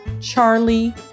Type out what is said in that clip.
Charlie